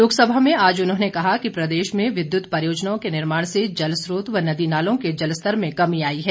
लोकसभा में आज उन्होंने कहा कि प्रदेश में विद्युत परियोजनाओं के निर्माण से जलस्रोत व नदी नालों के जलस्तर में कमी आती है